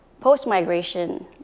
post-migration